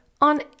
on